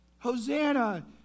Hosanna